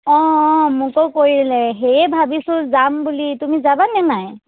অঁ অঁ মোকো কৰিলে সেয়ে ভাবিছোঁ যাম বুলি তুমি যাবা নে নাই